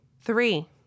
Three